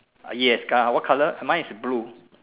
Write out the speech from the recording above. uh yes uh what color mine is blue